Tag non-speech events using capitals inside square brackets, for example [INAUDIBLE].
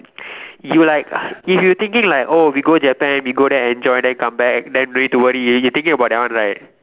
you like [BREATH] if you thinking like oh we go Japan we go there enjoy then come back then don't need to worry you thinking about that one right